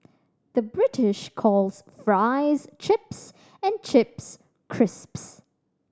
the British calls fries chips and chips crisps